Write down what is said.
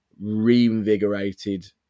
reinvigorated